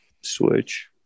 switch